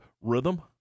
rhythm